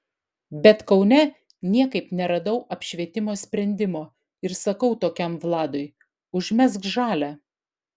bet kaune niekaip neradau apšvietimo sprendimo ir sakau tokiam vladui užmesk žalią